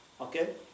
okay